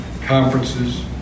conferences